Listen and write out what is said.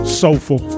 soulful